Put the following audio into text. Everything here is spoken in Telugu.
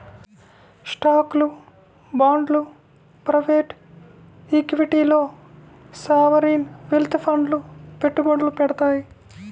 స్టాక్లు, బాండ్లు ప్రైవేట్ ఈక్విటీల్లో సావరీన్ వెల్త్ ఫండ్లు పెట్టుబడులు పెడతాయి